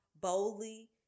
boldly